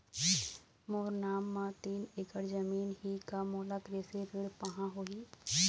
मोर नाम म तीन एकड़ जमीन ही का मोला कृषि ऋण पाहां होही?